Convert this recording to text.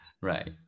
Right